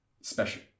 special